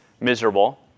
miserable